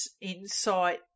insight